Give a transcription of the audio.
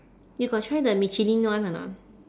you got try the michelin one or not